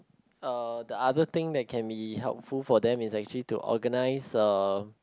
uh the other thing that can be helpful for them is actually to organise a